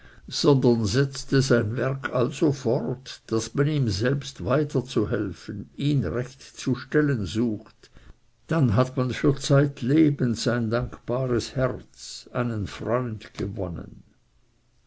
sondern setze sein werk also fort daß man ihm selbst weiterzuhelfen ihn recht zu stellen sucht dann hat man für zeitlebens ein dankbares herz einen freund gewonnen